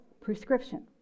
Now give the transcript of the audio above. prescription